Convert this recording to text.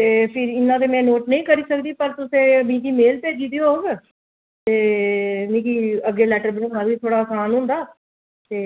ते फिर इन्ना ते में नोट नेईं करी सकदी पर तुसें मिकी मेल भेजी दी होग ते मिगी अग्गै लैटर बनाना बी थोह्ड़ा असान होंदा ते